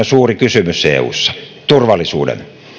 suuri kysymys eussa